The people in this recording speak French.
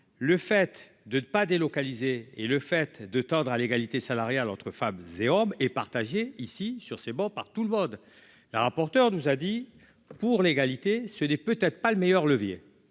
le fait de ne pas délocaliser et le fait de tendre à l'égalité salariale entre femmes et hommes et partager ici sur ces bancs, par tout le mode la rapporteure, nous a dit, pour l'égalité, ce n'est peut-être pas le meilleur levier